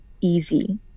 easy